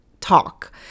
talk